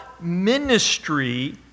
ministry